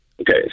Okay